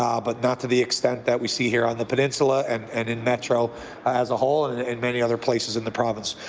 ah but not to the extent that we see on the peninsula and and and metro as a whole and and and many other places in the province.